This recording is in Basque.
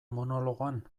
monologoan